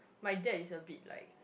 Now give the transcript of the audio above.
my dad is a bit like